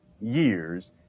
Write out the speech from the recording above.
years